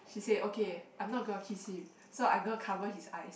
she said okay I'm not gonna kiss him so I'm gonna cover his eyes